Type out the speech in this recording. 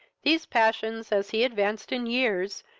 these passions, as he advanced in years,